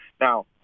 Now